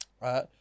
Right